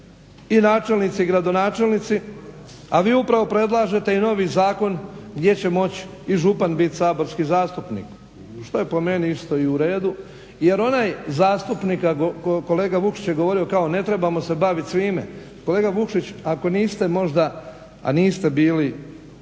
i načelnici i gradonačelnici, a vi upravo predlažete i novi zakon gdje će moći i župan moći biti saborski zastupnik što je po meni isto u redu jer onaj zastupnik kolega Vukšić je govorio kao ne trebamo se baviti svime, kolega Vukšić ako niste možda, a niste bili